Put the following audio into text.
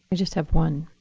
just have one.